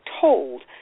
told